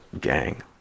gang